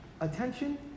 attention